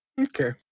Okay